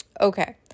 okay